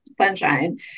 Sunshine